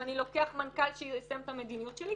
ואני לוקח מנכ"ל שיישם את המדיניות שלי.